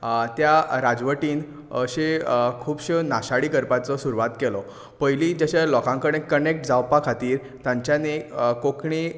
त्या राजवटीन अशें खुबश्यो नाशाडी करपाचो सुरवात केलो पयली जशें लोकां कडेन कनेक्ट जावपा खातीर तांच्यांनी कोंकणी